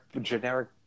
generic